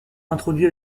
introduits